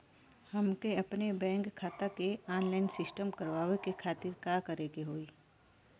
हमके अपने बैंक खाता के ऑनलाइन सिस्टम करवावे के खातिर का करे के होई?